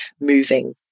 moving